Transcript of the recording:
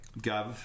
Gov